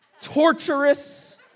torturous